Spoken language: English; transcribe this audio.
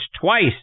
twice